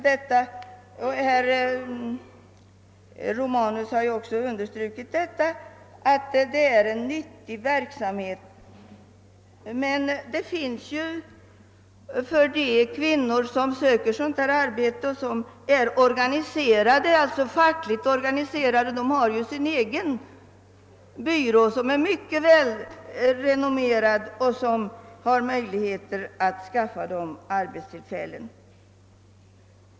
Herr Romanus underströk att det är fråga om en nyttig verksamhet, och för många kan den naturligtvis vara av nytta. De kvinnor som söker sådant arbete och som är fackligt organiserade har emellertid tillgång till sin egen byrå som är mycket välrenommerad och som har möjlighet att skaffa dem arbete.